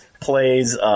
plays